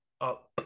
up